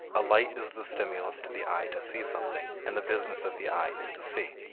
a light is the stimulus to the eye to see something, and the business of the eye is to see.